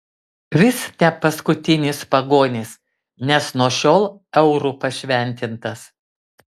vis ne paskutinis pagonis nes nuo šiol euru pašventintas